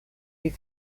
die